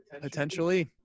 Potentially